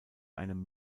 einem